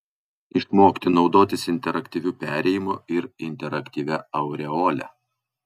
išmokti naudotis interaktyviu perėjimu ir interaktyvia aureole